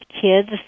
kids